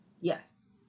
Yes